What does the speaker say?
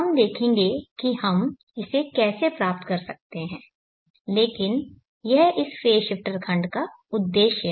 हम देखेंगे कि हम इसे कैसे प्राप्त कर सकते हैं लेकिन यह इस फेज़ शिफ्टर खंड का उद्देश्य है